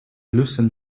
loosened